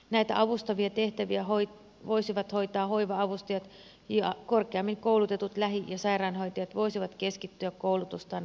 näitä avustavia tehtäviä voisivat hoitaa hoiva avustajat ja korkeammin koulutetut lähi ja sairaanhoitajat voisivat keskittyä koulutustaan vastaaviin tehtäviin